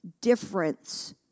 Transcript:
difference